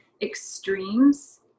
extremes